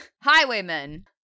highwaymen